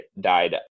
died